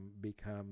become